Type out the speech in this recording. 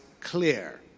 clear